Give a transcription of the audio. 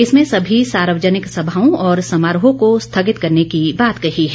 इसमें सभी सार्वजनिक सभाओं और समारोहों के स्थगित करने की बात कही है